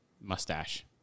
mustache